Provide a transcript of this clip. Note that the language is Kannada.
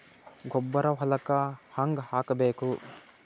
ಗೊಬ್ಬರ ಹೊಲಕ್ಕ ಹಂಗ್ ಹಾಕಬೇಕು?